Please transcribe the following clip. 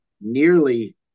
nearly